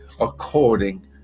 according